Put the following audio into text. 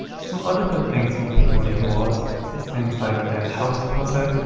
some other good things you can put your money towards is things like a house deposit,